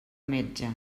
metge